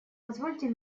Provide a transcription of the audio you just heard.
позвольте